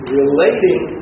relating